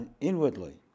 inwardly